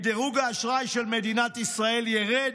דירוג האשראי של מדינת ישראל ירד,